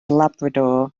labrador